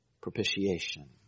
Propitiation